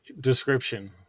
description